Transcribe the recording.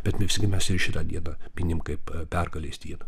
bet mes irgi ir šitą dieną minim kaip pergalės dieną